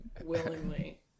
willingly